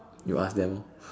you ask them hor